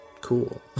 cool